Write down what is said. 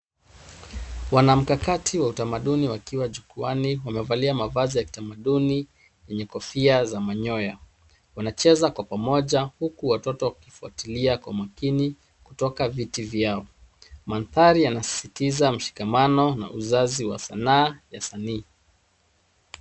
Wanamkakati wa utamaduni wakiwa jukwaani wamevalia mavazi ya kitamaduni na kofia za manyoya. Wanacheza kwa pamoja huku watoto wakifuatilia kwa makini kutoka viti vyao. Mandhari yanasisitiza mshikamano na uzazi wa sanaa ya sanii.